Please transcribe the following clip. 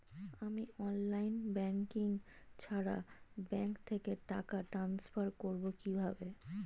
আমি online banking ছাড়া bank থেকে টাকা ট্রান্সফার করবো কিভাবে?